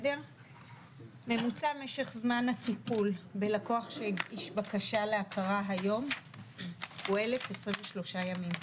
ממוצע משך זמן הטיפול בלקוח שהגיש בקשה להכרה היום הוא 1,023 ימים.